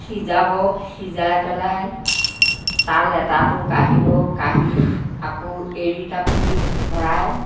সিজাব সিজাই পেলাই তাৰ লেটাটো কাঢ়িব কাঢ়ি আকৌ এড়ী তাপুৰিত ভৰাই